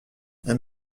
elle